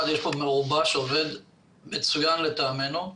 יש פה מרובע שעובד מצוין לטעמנו.